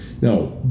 Now